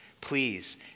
Please